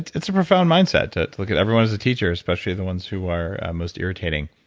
it's a profound mindset to look at everyone as a teacher, especially the ones who are most irritating